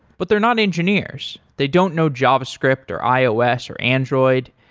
but they're not engineers. they don't know javascript or, ios, or android.